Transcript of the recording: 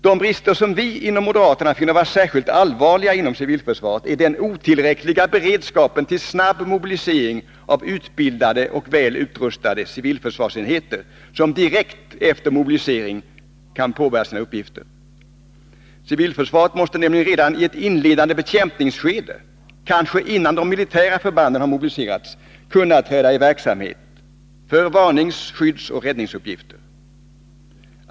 De brister som vi moderater finner vara särskilt allvarliga inom civilförsvaret är den otillräckliga beredskapen till snabb mobilisering av utbildade och väl utrustade civilförsvarsenheter, som direkt efter mobilisering kan påbörja sina uppgifter. Civilförsvaret måste nämligen redan i ett inledande bekämpningsskede — kanske innan de militära förbanden mobiliserats — kunna träda i verksamhet för varnings-, skyddsoch räddningsuppgifter.